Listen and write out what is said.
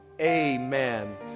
amen